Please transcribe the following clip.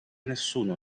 nessuno